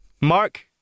Mark